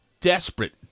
desperate